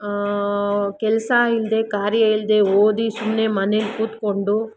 ಕೆಲಸ ಇಲ್ಲದೇ ಕಾರ್ಯ ಇಲ್ಲದೇ ಓದಿ ಸುಮ್ಮನೆ ಮನೇಲಿ ಕೂತ್ಕೊಂಡು